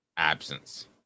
absence